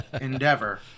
endeavor